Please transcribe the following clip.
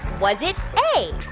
was it a,